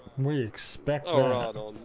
we expect